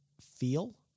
feel